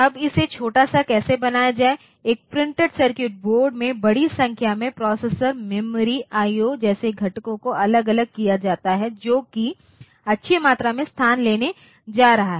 अब इसे छोटा सा कैसे बनाया जाए एक प्रिंटेड सर्किट बोर्ड में बड़ी संख्या में प्रोसेसर मेमोरी आईओ जैसे घटकों को अलग अलग किया जाता है जो कि अच्छी मात्रा में स्थान लेने जा रहा है